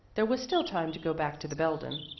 there was still time to go back to the belden.